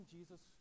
Jesus